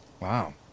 Wow